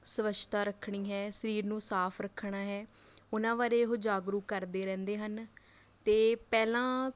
ਸਵੱਛਤਾ ਰੱਖਣੀ ਹੈ ਸਰੀਰ ਨੂੰ ਸਾਫ ਰੱਖਣਾ ਹੈ ਉਹਨਾਂ ਬਾਰੇ ਉਹ ਜਾਗਰੂਕ ਕਰਦੇ ਰਹਿੰਦੇ ਹਨ ਅਤੇ ਪਹਿਲਾਂ